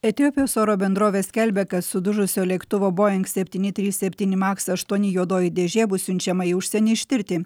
etiopijos oro bendrovės skelbia kad sudužusio lėktuvo boing septyni trys septyni maks aštuoni juodoji dėžė bus siunčiama į užsienį ištirti